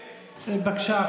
בבקשה,